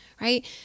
right